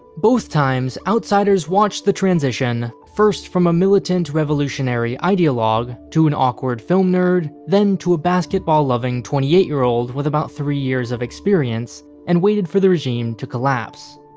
both times, outsiders watched the transition first, from a militant revolutionary ideologue, to an awkward film nerd, then to a basketball-loving twenty eight year old with about three years of experience and waited for the regime to collapse.